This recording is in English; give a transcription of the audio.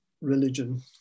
religion